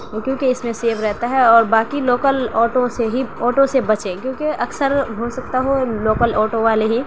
کیونکہ اس میں سیف رہتا ہے اور باقی لوکل آٹو سے ہی آٹو سے بچیں کیونکہ اکثر ہو سکتا ہو لوکل آٹو والے ہی